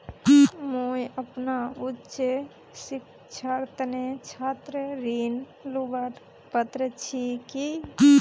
मुई अपना उच्च शिक्षार तने छात्र ऋण लुबार पत्र छि कि?